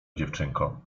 dziewczynko